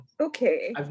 okay